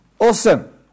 Awesome